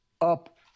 up